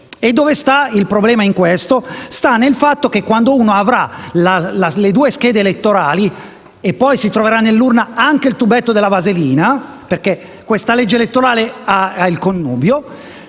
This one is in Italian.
Dove sta il problema? Sta nel fatto che quando un elettore avrà le due schede elettorali e poi si troverà nell'urna anche il tubetto della vasellina - perché questo provvedimento ha il connubio